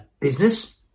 business